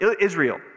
Israel